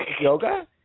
Yoga